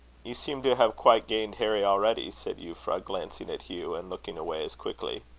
you seem to have quite gained harry already, said euphra, glancing at hugh, and looking away as quickly.